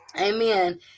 Amen